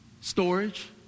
Storage